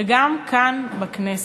וגם כאן, בכנסת.